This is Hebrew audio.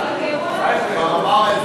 כבר אמר את